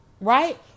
Right